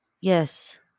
Yes